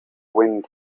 wind